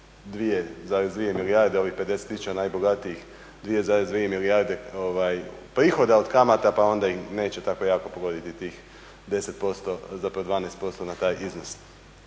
2,2 milijarde ovih 50000 najbogatijih 2,2 milijarde prihoda od kamata, pa onda neće ih tako jako pogoditi tih 10%, zapravo 12% na taj iznos.